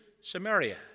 Samaria